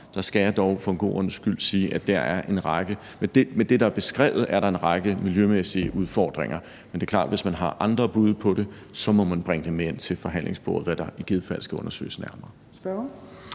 skal jeg dog for en god ordens skyld sige, at der med det, der er beskrevet, er en række miljømæssige udfordringer, men det er klart, at hvis man har andre bud på det, må man bringe det med ind til forhandlingsbordet – hvad der i givet fald skal undersøges nærmere.